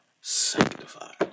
sanctified